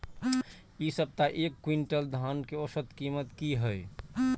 इ सप्ताह एक क्विंटल धान के औसत कीमत की हय?